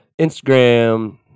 Instagram